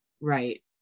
Right